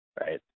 right